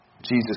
Jesus